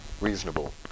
reasonable